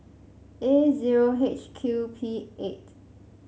A zero H Q P eight